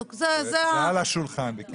זה על השולחן.